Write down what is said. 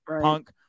punk